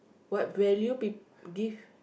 what value people give